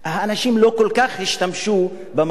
ואנשים לא כל כך השתמשו במזגנים,